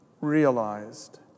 realized